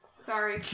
Sorry